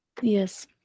Yes